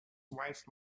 wife